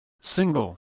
Single